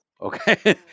okay